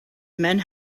men